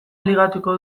ligatuko